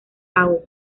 out